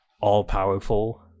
all-powerful